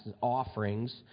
offerings